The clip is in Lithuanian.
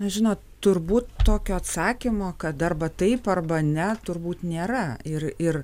na žinot turbūt tokio atsakymo kad arba taip arba ne turbūt nėra ir ir